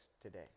today